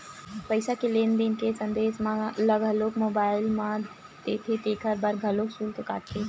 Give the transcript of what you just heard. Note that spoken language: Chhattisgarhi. पईसा के लेन देन के संदेस ल मोबईल म देथे तेखर बर घलोक सुल्क काटथे